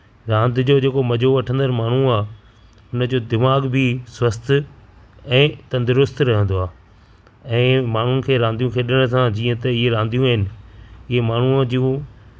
रांदि जो जेको मज़ो वठंदड़ माण्हू आहे हुनजो दिमाग़ बि स्वस्थ ऐं तंदुरुस्त रहंदो आहे ऐं माण्हूअ खे रांदियूं खेॾनि सां जीअं त हीअं रांदियूं आहिनि हीअं माण्हू जूं